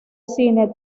cine